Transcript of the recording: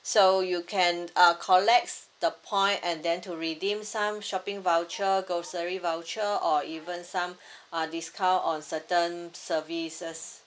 so you can uh collects the point and then to redeem some shopping voucher grocery voucher or even some uh discount on certain services